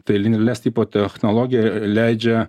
tai les tipo technologija leidžia